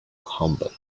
humble